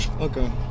Okay